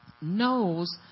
knows